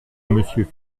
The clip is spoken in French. monsieur